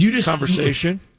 Conversation